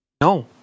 No